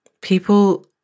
people